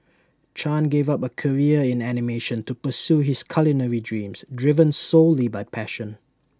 chan gave up A career in animation to pursue his culinary dreams driven solely by passion